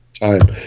time